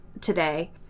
today